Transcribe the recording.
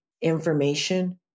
information